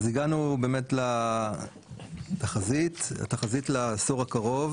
אז לפני התחזית נדבר על מיסוי רווחי